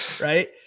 Right